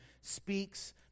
speaks